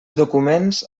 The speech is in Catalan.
documents